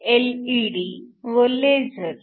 LED व laser